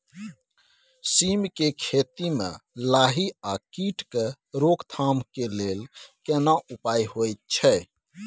सीम के खेती म लाही आ कीट के रोक थाम के लेल केना उपाय होय छै?